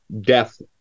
death